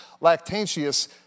Lactantius